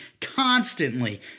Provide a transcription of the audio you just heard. constantly